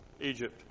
Egypt